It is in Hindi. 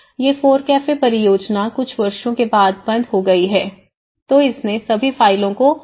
ये फोरकैफे परियोजना कुछ वर्षों के बाद बंद हो गई है तो इसने सभी फाइलों को पूरी तरह से बंद कर दिया